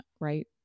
Right